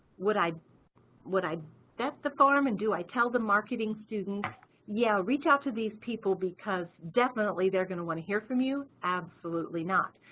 would i would i vet the forum and do i tell the marketing students yeah, reach out to these people because definitely they're going to want to hear from you. absolutely not.